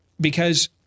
because-